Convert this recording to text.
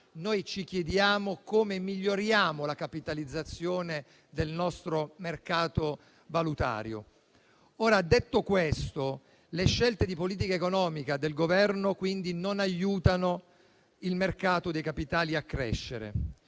noi ci chiediamo come riusciamo a migliorare la capitalizzazione del nostro mercato valutario. Detto questo, le scelte di politica economica del Governo non aiutano il mercato dei capitali a crescere.